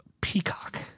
Peacock